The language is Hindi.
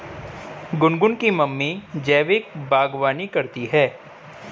गुनगुन की मम्मी जैविक बागवानी करती है